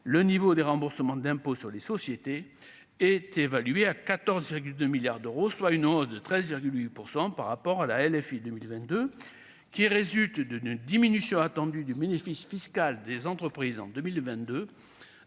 le niveau des remboursements d'impôt sur les sociétés est évalué à 14,2 milliards d'euros, soit une hausse de 13,8 % par rapport à la LFI 2022 qui résulte d'une diminution attendue du bénéfice fiscal des entreprises en 2022,